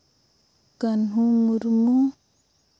Kanhu Murmu